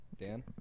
Dan